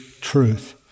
truth